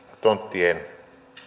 tonttien